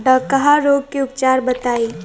डकहा रोग के उपचार बताई?